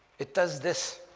it does this